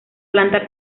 planta